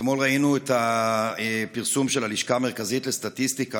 אתמול ראינו את הפרסום של הלשכה המרכזית לסטטיסטיקה,